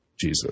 Jesus